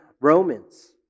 Romans